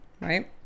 right